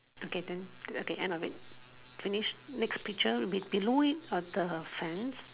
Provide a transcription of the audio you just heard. okay then at the end of it finish next picture below it of the fence